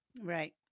Right